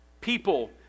people